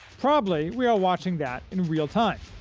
probably we are watching that in real time.